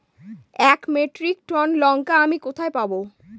এক metric ton লঙ্কা আমি কোথায় পাবো?